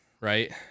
right